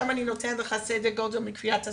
לגבי המבוגרים אני נותנת לך סדר גודל מקביעת הספרות.